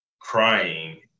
crying